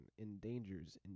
endangers